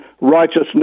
righteousness